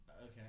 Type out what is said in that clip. Okay